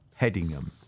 Headingham